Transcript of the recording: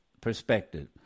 perspective